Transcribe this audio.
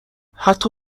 حتی